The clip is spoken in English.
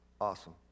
Awesome